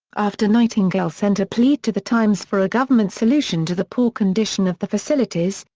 after nightingale sent a plea to the times for a government solution to the poor condition of the facilities,